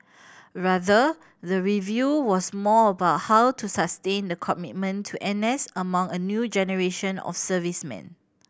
rather the review was more about how to sustain the commitment to N S among a new generation of servicemen